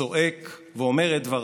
צועק ואומר את דבריו.